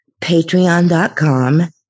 patreon.com